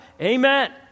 Amen